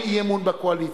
זה בגלל,